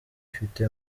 ifite